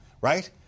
right